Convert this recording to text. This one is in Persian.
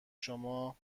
شما